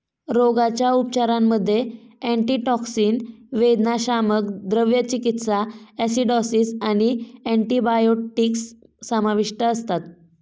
रोगाच्या उपचारांमध्ये अँटीटॉक्सिन, वेदनाशामक, द्रव चिकित्सा, ॲसिडॉसिस आणि अँटिबायोटिक्स समाविष्ट असतात